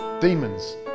demons